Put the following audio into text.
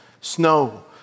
snow